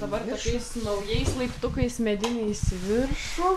dabar šiais naujais laiptukais mediniais į viršų